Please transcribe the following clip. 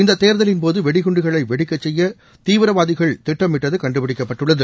இந்த தேர்தலின்போது வெடிகுண்டுகளை வெடிக்கச்செய்ய தீவிரவாதிகள் திட்டமிட்டவ கண்டுபிடிக்கப்பட்டுள்ளது